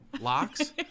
locks